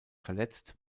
verletzt